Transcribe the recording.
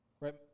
Right